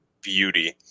beauty